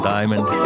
Diamond